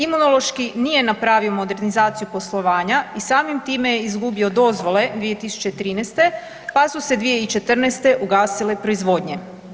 Imunološki nije napravio modernizaciju poslovanja i samim time je izgubio dozvole 2013. pa su se 2014. ugasile proizvodnje.